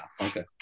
Okay